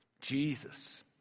Jesus